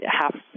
half